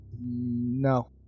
No